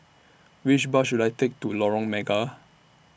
Which Bus should I Take to Lorong Mega